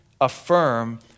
affirm